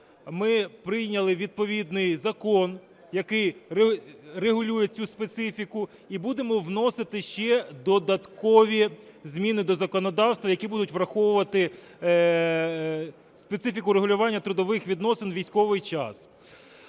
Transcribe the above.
ми прийняли відповідний закон, який регулює цю специфіку, і будемо вносити ще додаткові зміни до законодавства, які будуть враховувати специфіку регулювання трудових відносин у військовий час.